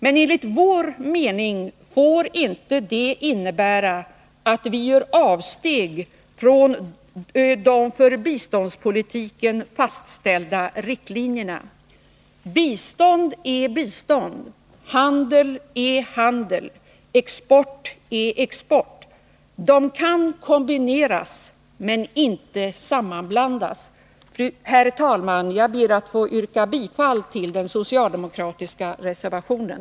Men enligt vår mening får inte detta innebära att vi gör avsteg från de för biståndspolitiken fastställda riktlinjerna. Bistånd är bistånd, handel är handel, export är export. Dessa företeelser kan kombineras men inte sammanblandas. Herr talman! Jag ber att få yrka bifall till den socialdemokratiska reservationen.